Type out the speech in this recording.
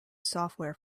software